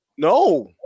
No